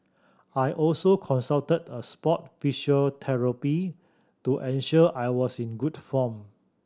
I also consulted a sport physiotherapist to ensure I was in good form